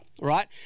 right